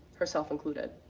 herself included.